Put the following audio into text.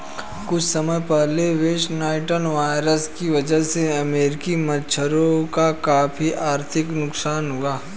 कुछ समय पहले वेस्ट नाइल वायरस की वजह से अमेरिकी मगरमच्छों का काफी आर्थिक नुकसान हुआ